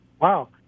Wow